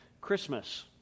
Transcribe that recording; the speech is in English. Christmas